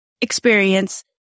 experience